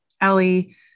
Ellie